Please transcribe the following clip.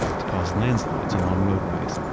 to cause landslides along roadways,